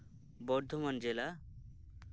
ᱵᱚᱨᱫᱷᱚᱢᱟᱱ ᱡᱮᱞᱟ